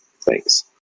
Thanks